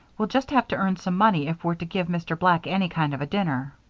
we'll just have to earn some money if we're to give mr. black any kind of a dinner.